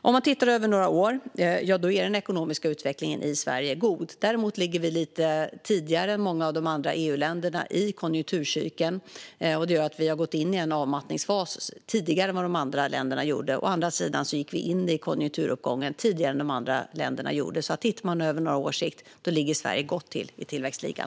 Om man tittar på hur det ser ut över några år är den ekonomiska utvecklingen i Sverige god. Vi ligger lite tidigare i konjunkturcykeln än många av de andra EU-länderna. Det gör att vi har gått in i en avmattningsfas tidigare än de andra länderna. Däremot gick vi in i konjunkturuppgången tidigare än de andra länderna gjorde. På några års sikt ligger alltså Sverige gott till i tillväxtligan.